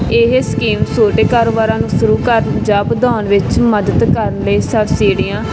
ਇਹ ਸਕੀਮ ਛੋਟੇ ਕਾਰੋਬਾਰਾਂ ਨੂੰ ਸ਼ੁਰੂ ਕਰਨ ਜਾਂ ਵਧਾਉਣ ਵਿੱਚ ਮਦਦ ਕਰਨ ਲਈ ਸਬਸੀਡੀਆਂ